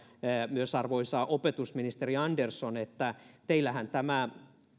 myös arvoisa opetusministeri andersson että teillähän tämä